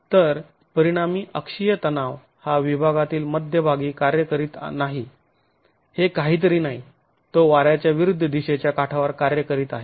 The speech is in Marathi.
तर परिणामी अक्षीय तनाव हा विभागातील मध्यभागी कार्य करीत नाही हे काहीतरी नाही तो वाऱ्याच्या विरुद्ध दिशेच्या काठावर कार्य करत आहे